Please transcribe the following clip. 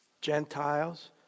Gentiles